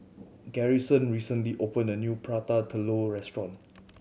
Garrison recently opened a new Prata Telur restaurant